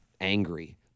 angry